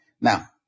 now